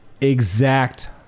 exact